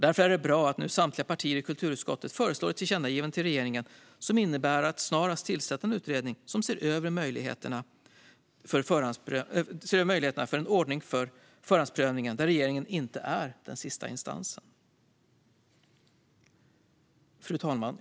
Därför är det bra att nu samtliga partier i kulturutskottet föreslår ett tillkännagivande till regeringen som innebär att snarast tillsätta en utredning som ser över möjligheterna för en ordning för förhandsprövningen där regeringen inte är den sista instansen. Fru talman!